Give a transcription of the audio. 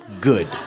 Good